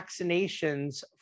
vaccinations